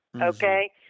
okay